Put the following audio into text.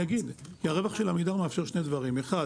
כי הרווח של עמידר מאפשר שני דברים: א',